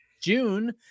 June